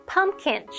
Pumpkin